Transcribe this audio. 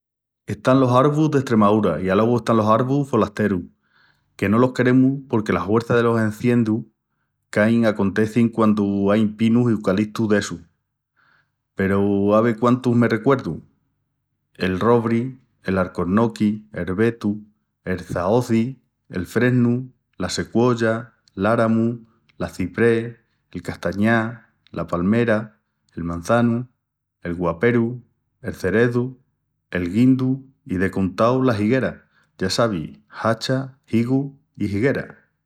Están los arvus d'Estremáura i alogu están los arvus folasterus, que no los queremus porque la huerça delos enciendus qu'ain acontecin quandu ain pinus i ucalitus d'essus. Peru ave quántus me recuerdu; el robri, l'alcornoqui, el betu, el çaozi, el fresnu, la sequoya, l'áramu, l'aciprés, el castañal, la palmera, el mançanu, el guaperu, el cerezu, el guindu i, de contau, la higuera, ya sabis: hacha, higu i higuera.